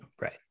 Right